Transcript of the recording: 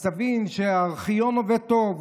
אז תבין שהארכיון עובד טוב.